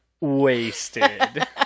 wasted